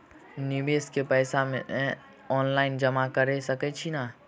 निवेश केँ पैसा मे ऑनलाइन जमा कैर सकै छी नै?